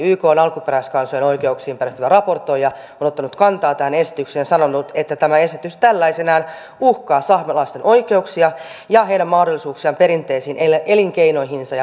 ykn alkuperäiskansojen oikeuksiin perehtyvä raportoija on ottanut kantaa tähän esitykseen sanonut että tämä esitys tällaisenaan uhkaa saamelaisten oikeuksia ja heidän mahdollisuuksiaan perinteisiin elinkeinoihinsa ja maihinsa